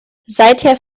seither